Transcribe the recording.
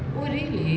oh really